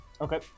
Okay